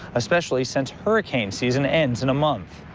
especially since hurricane season ends in a month.